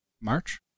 March